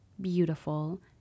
beautiful